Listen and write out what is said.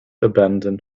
abandon